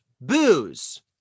Booze